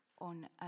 on